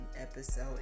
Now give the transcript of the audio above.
episode